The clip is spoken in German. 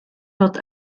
wird